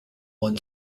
won